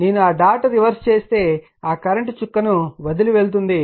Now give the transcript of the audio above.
నేను ఆ dot reverse చేస్తే ఆ కరెంట్ చుక్కను వదిలి వెళ్తుంది